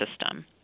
system